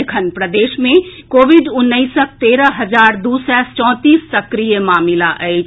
एखन प्रदेश मे कोविड उन्नैसक तेरह हजार दू सय चौंतीस सक्रिय मामिला अछि